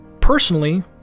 personally